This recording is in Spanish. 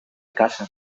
casa